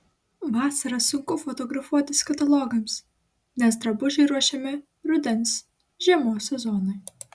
vasarą sunku fotografuotis katalogams nes drabužiai ruošiami rudens žiemos sezonui